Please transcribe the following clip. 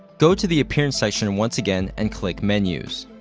go to the appearance section once again, and click menus.